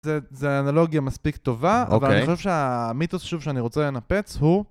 זה אנלוגיה מספיק טובה, אוקיי, אבל אני חושב שהמיתוס שוב שאני רוצה לנפץ הוא